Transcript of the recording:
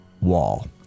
wall